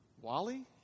Wally